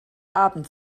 abend